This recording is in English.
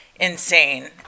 insane